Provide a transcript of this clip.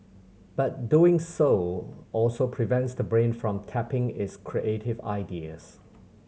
but doing so also prevents the brain from tapping its creative areas